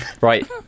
Right